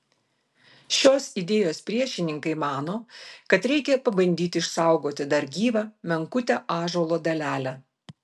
šios idėjos priešininkai mano kad reikia pabandyti išsaugoti dar gyvą menkutę ąžuolo dalelę